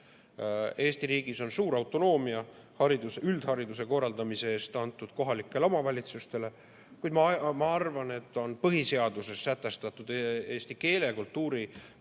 Eesti riigis on suur autonoomia üldhariduse korraldamisel antud kohalikele omavalitsustele, kuid ma arvan, et põhiseaduses on sätestatud eesti keele ja kultuuri